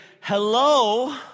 hello